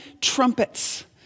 trumpets